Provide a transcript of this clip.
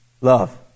love